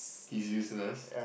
he's useless